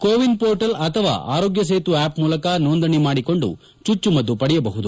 ಕೋ win portal ಅಥವಾ Aarogya Setu app ಮೂಲಕ ನೋಂದಣಿ ಮಾಡಿಕೊಂಡು ಚುಚ್ಚುಮದ್ದು ಪಡೆಯಬಹುದು